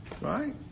right